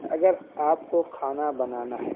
اگر آپ کو کھانا بنانا ہے